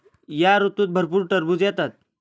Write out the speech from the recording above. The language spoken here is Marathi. या ऋतूत भरपूर टरबूज येतात